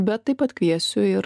bet taip pat kviesiu ir